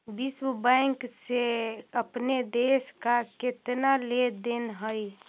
विश्व बैंक से अपने देश का केतना लें देन हई